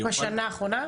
בשנה האחרונה?